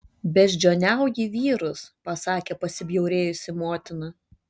beždžioniauji vyrus pasakė pasibjaurėjusi motina